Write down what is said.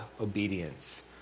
obedience